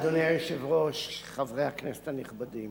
אדוני היושב-ראש, חברי הכנסת הנכבדים,